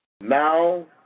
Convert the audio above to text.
Now